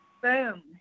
boom